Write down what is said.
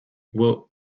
will